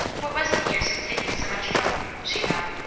what was the use of taking so much trouble, she thought,